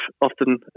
often